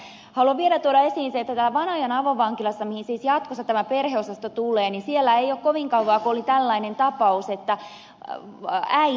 haluan vielä tuoda esiin sen että täällä vanajan avovankilassa mihin siis jatkossa tämä perheosasto tulee ei ole kovin kauan kun oli tällainen tapaus että äiti pahoinpiteli lapsensa